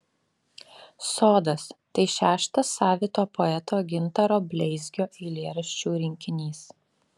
sodas tai šeštas savito poeto gintaro bleizgio eilėraščių rinkinys